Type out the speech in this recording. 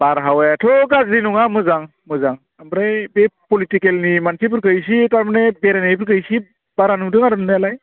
बार हावायाथ' गाज्रि नङा मोजां मोजां ओमफ्राय बे पलिटिकेलनि मानसिफोरखौ इसि थारमानि बेरायनायफोरखौ इसि बारा नुदों आरो नुनायालाय